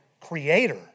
creator